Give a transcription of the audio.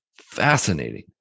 fascinating